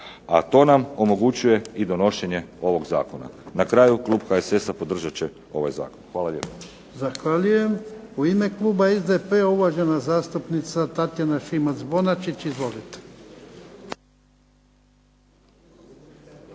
a to nam omogućuje i donošenje ovog Zakona. Na kraju klub HSS-a podržat će ovaj Zakon. Hvala lijepa. **Jarnjak, Ivan (HDZ)** Zahvaljujem. U ime kluba SDP-a uvažena zastupnica Tatjana Šimac Bonačić. Izvolite.